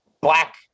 black